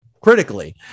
critically